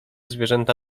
zwierzęta